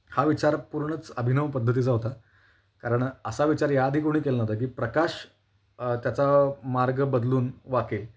हा विचार पूर्णच अभिनव पद्धतीचा होता कारण असा विचार या आधी कोणी केलं नव्हता की प्रकाश त्याचा मार्ग बदलून वाकेल